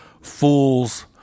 Fools